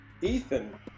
Ethan